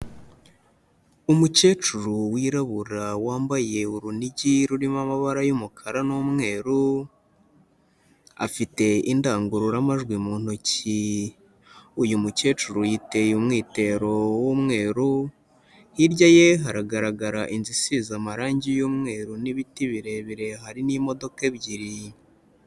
Umukecuru wirabura wambaye urunigi rurimo amabara y'umukara n'umweru, afite indangururamajwi mu ntoki, uyu mukecuru yiteye umwitero w'umweru, hirya ye haragaragara inzu isize amarangi y'umweru n'ibiti birebire hari n'imodoka ebyiri.